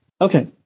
Okay